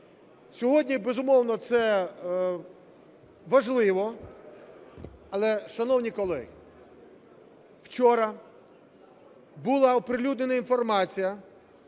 Сьогодні, безумовно, це важливо. Але, шановні колеги, вчора була оприлюднена інформація,